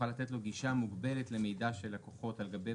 יוכל לתת לו גישה מוגבלת למידע של לקוחות על גבי